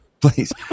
please